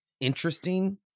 interesting